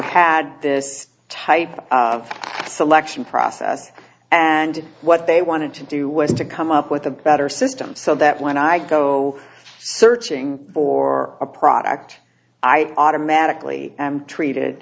had this type of selection process and what they wanted to do was to come up with a better system so that when i go searching for a product i automatically am treated